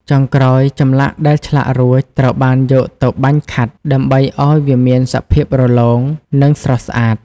ចុងក្រោយ ចម្លាក់ដែលឆ្លាក់រួចត្រូវបានយកទៅបាញ់ខាត់ ដើម្បីឱ្យវាមានសភាពរលោង និងស្រស់ស្អាត។